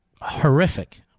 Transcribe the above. horrific